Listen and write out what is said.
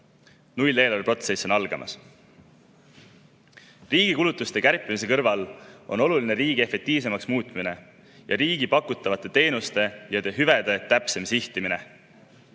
nulleelarve protsess on algamas. Riigi kulutuste kärpimise kõrval on oluline riigi efektiivsemaks muutmine ja riigi pakutavate teenuste ja hüvede täpsem sihtimine.